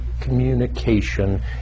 communication